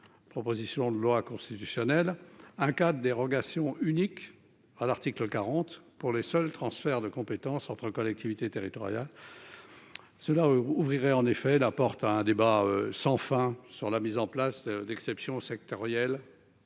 Proposition de loi constitutionnelle un dérogations unique à l'article 40 pour les seuls transferts de compétences entre collectivités territoriales. Selon vous ouvrirez en effet la porte à un débat sans fin sur la mise en place d'exception sectorielles.